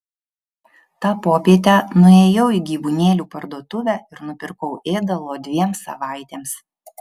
tą popietę nuėjau į gyvūnėlių parduotuvę ir nupirkau ėdalo dviem savaitėms